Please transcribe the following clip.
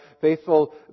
faithful